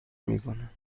میکنم